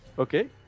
Okay